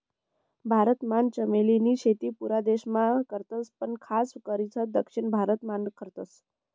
भारत मान चमेली नी शेती पुरा देश मान करतस पण खास करीसन दक्षिण भारत मान करतस